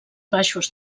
baixos